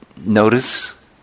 notice